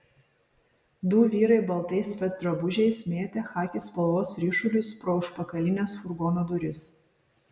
du vyrai baltais specdrabužiais mėtė chaki spalvos ryšulius pro užpakalines furgono duris